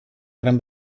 gran